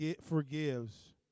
forgives